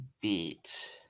beat